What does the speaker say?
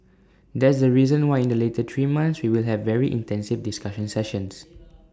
that's the reason why in the later three months we will have very intensive discussion sessions